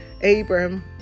Abram